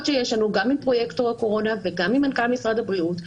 שיש לנו גם עם פרויקטור הקורונה וגם עם מנכ"ל משרד הבריאות,